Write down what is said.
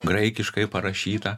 graikiškai parašytą